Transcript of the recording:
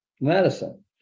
medicine